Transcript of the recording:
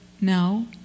no